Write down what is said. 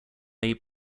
made